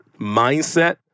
mindset